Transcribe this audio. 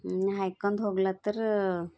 ಹ್ಞೂ ಹಾಕೊಂದ್ ಹೋಗ್ಲತ್ತರ